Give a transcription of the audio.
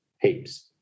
heaps